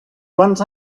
quants